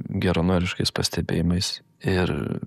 geranoriškais pastebėjimais ir